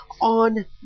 on